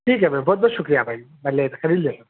ٹھیک ہے بھائی بہت بہت شکریہ بھائی میں لے خرید لیتا ہوں